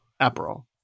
Aperol